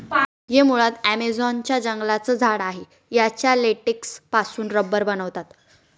हे मुळात ॲमेझॉन च्या जंगलांचं झाड आहे याच्या लेटेक्स पासून रबर बनवतात